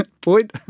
point